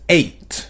eight